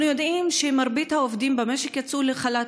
אנחנו יודעים שמרבית העובדים במשק יצאו לחל"ת,